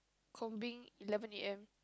combing eleven A_M